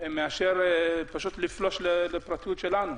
מאשר פשוט לפלוש לפרטיות שלנו?